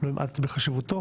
לא המעטתי בחשיבותו,